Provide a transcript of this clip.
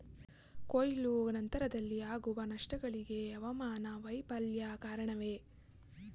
ಕೊಯ್ಲು ನಂತರದಲ್ಲಿ ಆಗುವ ನಷ್ಟಗಳಿಗೆ ಹವಾಮಾನ ವೈಫಲ್ಯ ಕಾರಣವೇ?